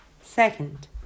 Second